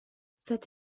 cette